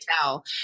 tell